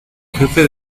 jefe